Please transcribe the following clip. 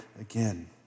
again